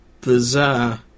bizarre